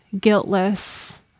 guiltless